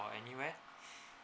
or anywhere